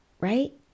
right